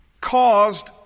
caused